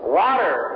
water